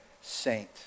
saint